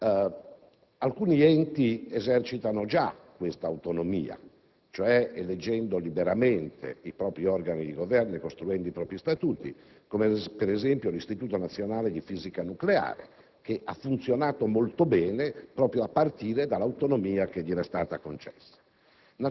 Alcuni enti esercitano già questa autonomia, eleggendo cioè liberamente i propri organi di governo e costruendo i propri statuti, come ad esempio, l'Istituto nazionale di fisica nucleare, che ha funzionato molto bene proprio valorizzando l'autonomia che gli è stata concessa.